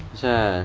asal